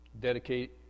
dedicate